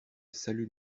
salut